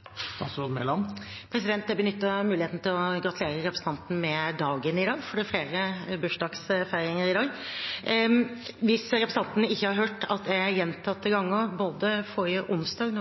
jeg gjentatte ganger – både da vi stod her forrige onsdag,